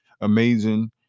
amazing